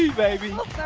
baby!